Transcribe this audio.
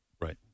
Right